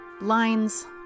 Lines